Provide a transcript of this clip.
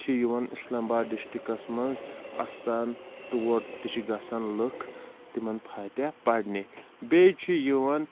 چھِ یِوان اِسلام باد ڈِسٹِرٛکَس منٛز اَستان تور تہِ چھِ گژھن لُکھ تِمَن فاتحہ پَرنہِ بیٚیہِ چھُ یِوان